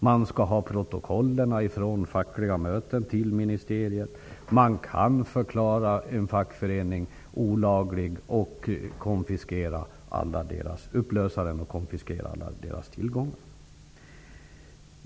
Ministeriet skall ha protokollen från fackliga möten, och de kan förklara en fackförening olaglig, upplösa den och konfiskera alla dess tillgångar.